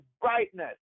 brightness